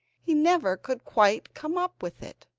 he never could quite come up with it